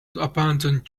abandoned